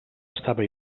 estava